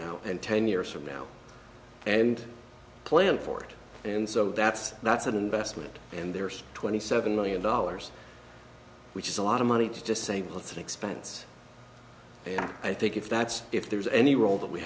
now and ten years from now and plan for it and so that's that's an investment and there's twenty seven million dollars which is a lot of money to just say well it's an expense and i think if that's if there's any role that we